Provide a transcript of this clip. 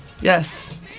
yes